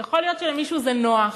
יכול להיות שלמישהו זה נוח,